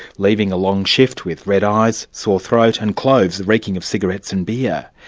leaving a long shift with red eyes, sore throat and clothes reeking of cigarettes and beer.